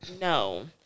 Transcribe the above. No